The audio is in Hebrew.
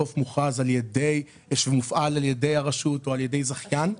חוף מוכרז שמופעל על ידי הרשות או על ידי זכיין.